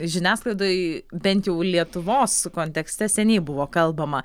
žiniasklaidoj bent jau lietuvos kontekste seniai buvo kalbama